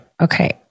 okay